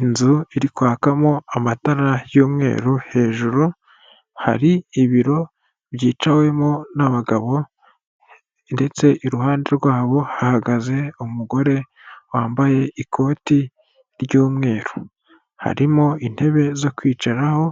Inzu iri kwakamo amatara y'umweru, hejuru hari ibiro byicawemo n'abagabo ndetse iruhande rwabo hahagaze umugore wambaye ikoti ry'umweru, harimo intebe zo kwicaraho